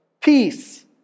peace